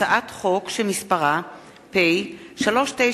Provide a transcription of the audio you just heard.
הצעת חוק שיווי זכויות